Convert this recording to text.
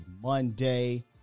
Monday